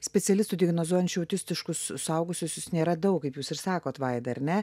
specialistų diagnozuojančių autistiškus suaugusiuosius nėra daug kaip jūs ir sakot vaida ar ne